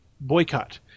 boycott